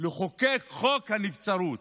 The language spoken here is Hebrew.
לחוקק חוק נבצרות.